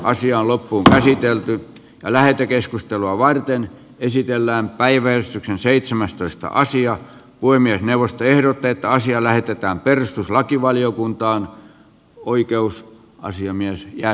asia on loppuunkäsitelty lähetekeskustelua varten esitellään päiväys on seitsemäs toista asiaa poimia puhemiesneuvosto ehdottaa että asia lähetetään perustuslakivaliokuntaan